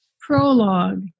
Prologue